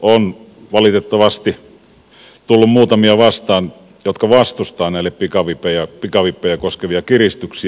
on valitettavasti tullut muutamia sellaisia vastaan jotka vastustavat näitä pikavippejä koskevia kiristyksiä